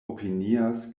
opinias